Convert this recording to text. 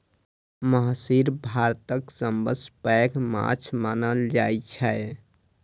महसीर भारतक सबसं पैघ माछ मानल जाइ छै